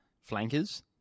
flankers